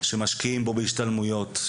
שמשקיעים בו בהשתלמויות,